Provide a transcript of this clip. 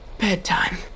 Bedtime